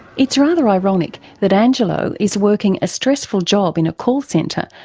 it's rather ironic that angelo is working a stressful job in a call centre,